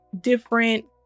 different